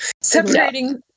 separating